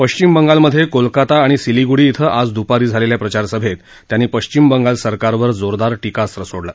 पश्चिम बंगालमध्ये कोलकाता आणि सिलिगुडी इथं आज दुपारी झालेल्या प्रचारसभेत त्यांनी पश्चिम बंगाल सरकारवर जोरदार टीकास्वं सोडलं